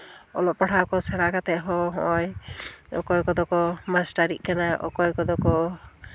ᱚᱞᱚᱜ ᱯᱟᱲᱦᱟᱜ ᱠᱚ ᱥᱮᱬᱟ ᱠᱟᱛᱮᱫ ᱦᱚᱸ ᱱᱚᱜᱼᱚᱭ ᱚᱠᱚᱭ ᱠᱚᱫᱚ ᱠᱚ ᱢᱟᱥᱴᱟᱨᱤᱜ ᱠᱟᱱᱟ ᱚᱠᱚᱭ ᱠᱚᱫᱚ ᱠᱚ